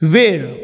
वेळ